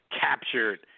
captured